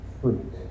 fruit